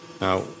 now